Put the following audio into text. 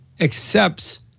accepts